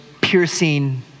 piercing